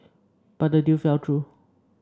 but the deal fell through